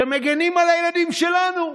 שמגינים על הילדים שלנו,